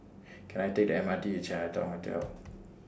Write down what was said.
Can I Take The M R T to Chinatown Hotel